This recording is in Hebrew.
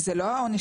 זה לא שנגזר.